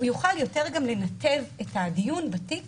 הוא יוכל גם יותר לנתב את הדיון בתיק